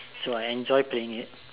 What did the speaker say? so I enjoy playing it